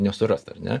nesurast ar ne